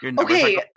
okay